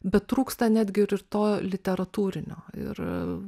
bet trūksta netgi ir ir to literatūrinio ir